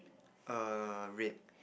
err red